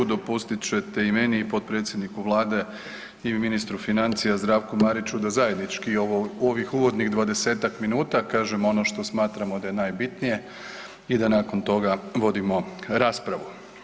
Dopustit ćete i meni i potpredsjedniku vlade i ministru financija Zdravku Mariću da zajednički u ovih uvodnih 20-tak minuta kažemo ono što smatramo da je najbitnije i da nakon toga vodimo raspravu.